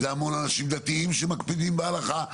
זה המון אנשים דתיים שמקפידים בהלכה,